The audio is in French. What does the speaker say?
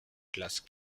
classe